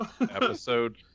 episode